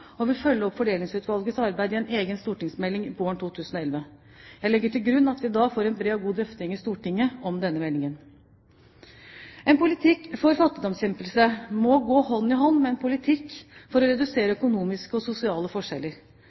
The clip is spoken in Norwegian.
og vil følge opp Fordelingsutvalgets arbeid i en egen stortingsmelding våren 2011. Jeg legger til grunn at vi da får en bred og god drøfting i Stortinget om denne meldingen. En politikk for fattigdomsbekjempelse må gå hånd i hånd med en politikk for å redusere økonomiske og sosiale forskjeller.